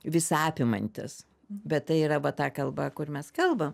visą apimantys bet tai yra va ta kalba kur mes kalbam